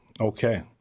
Okay